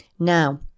Now